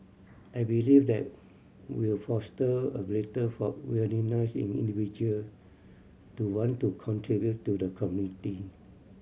I believe that will foster a greater for willingness in individual to want to contribute to the community